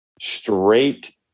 straight